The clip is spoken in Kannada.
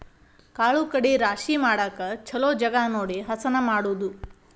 ಕಾಳು ಕಡಿ ರಾಶಿ ಮಾಡಾಕ ಚುಲೊ ಜಗಾ ನೋಡಿ ಹಸನ ಮಾಡುದು